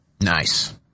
Nice